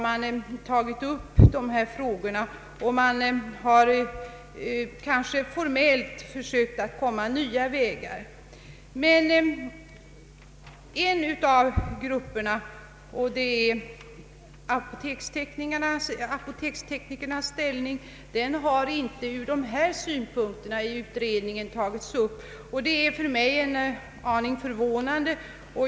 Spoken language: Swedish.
Man har bl.a. försökt att formellt finna nya vägar. Men en av gruppernas, nämligen apoteksteknikernas, ställning har inte tagits upp från dessa synpunkter i utredningen, och det är för mig en aning förvånande.